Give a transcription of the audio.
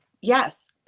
Yes